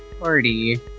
party